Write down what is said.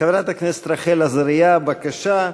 חברת הכנסת רחל עזריה, בבקשה.